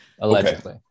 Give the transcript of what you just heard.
Allegedly